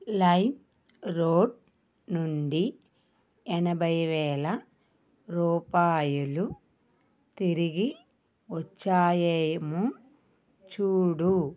LimeRoad నుండి ఎనభై వేల రూపాయలు తిరిగి వచ్చాయేమో చూడు